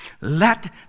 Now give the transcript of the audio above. Let